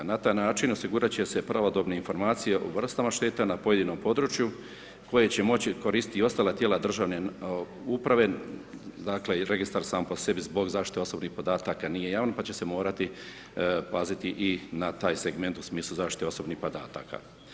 Na taj način osigurat će se pravodobne informacije o vrstama šteta na pojedinom području koje će moći koristiti i ostala tijela državne uprave, dakle i registar sam po sebi zbog zaštite osobnih podataka nije javan pa će se morati paziti i na taj segment u smislu zaštite osobnih podataka.